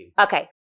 Okay